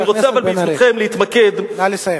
חבר הכנסת בן-ארי, נא לסיים.